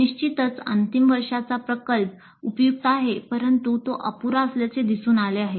निश्चितच अंतिम वर्षाचा प्रकल्प उपयुक्त आहे परंतु तो अपुरा असल्याचे दिसून आले आहे